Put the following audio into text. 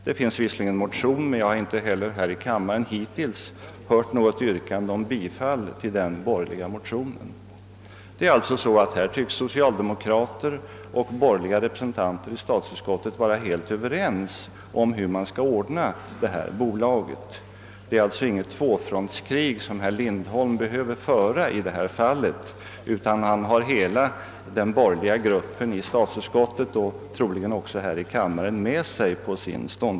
Det finns visserligen en borgerlig motion, men jag har inte hittills här i kammaren hört något yrkande om bifall till den. Socialdemokrater och borgerliga representanter i statsutskottet tycks alltså vara helt överens om hur man skall organisera detta bolag. Det är således inget tvåfrontskrig som herr Lindholm behöver föra i detta fall, utan han har hela den borgerliga gruppen i statsutskottet och troligen också här i kammaren med sig.